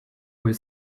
were